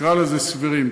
נקרא לזה, סבירים.